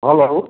hello